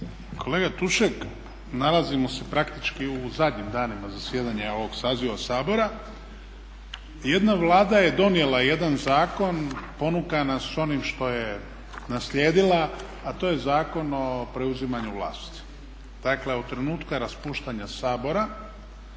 Kolega Tušak nalazimo se praktički u zadnjim danima zasjedanja ovog saziva Sabora i jedna Vlada je donijela jedan zakon ponukana s onim što je naslijedila, a to je Zakon o preuzimanju vlasti. Dakle, od trenutka raspuštanja Sabora